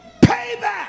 Payback